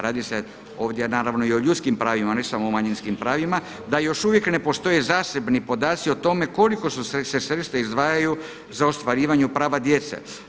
Radi se ovdje naravno i o ljudskim pravima, a ne samo o manjinskim pravima da još uvijek ne postoje zasebni podaci o tome koliko se sredstava izdvajaju za ostvarivanju prava djece.